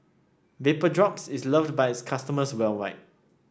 Vapodrops is loved by its customers worldwide